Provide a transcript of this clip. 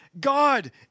God